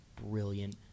brilliant